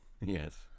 Yes